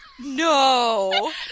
No